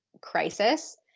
crisis